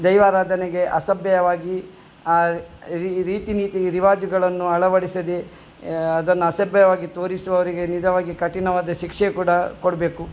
ದೈವಾರಾಧನೆಗೆ ಅಸಭ್ಯವಾಗಿ ಆ ರೀತಿ ನೀತಿ ರಿವಾಜುಗಳನ್ನು ಅಳವಡಿಸದೆ ಅದನ್ನು ಅಸಭ್ಯವಾಗಿ ತೋರಿಸುವವರಿಗೆ ನಿಜವಾಗಿ ಕಠಿಣವಾದ ಶಿಕ್ಷೆ ಕೂಡ ಕೊಡಬೇಕು